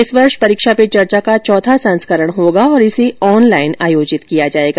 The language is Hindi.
इस वर्ष परीक्षा पे चर्चा का चौथा संस्करण होगा और इसे ऑनलाइन आयोजित किया जाएगा